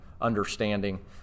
understanding